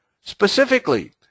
specifically